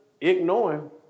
ignoring